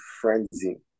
frenzy